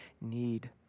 need